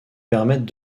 permettent